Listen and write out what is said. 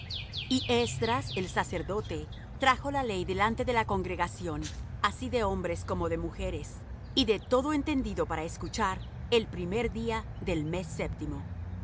y esdras el sacerdote trajo la ley delante de la congregación así de hombres como de mujeres y de todo entendido para escuchar el primer día del mes séptimo